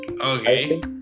okay